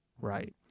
right